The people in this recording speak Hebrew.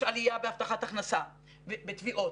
יש עלייה בהבטחת הכנסה, בתביעות.